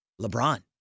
LeBron